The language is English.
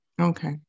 Okay